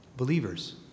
Believers